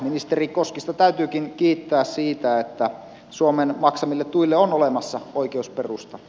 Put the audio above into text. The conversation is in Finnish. ministeri koskista täytyykin kiittää siitä että suomen maksamille tuille on olemassa oikeusperusta